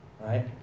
Right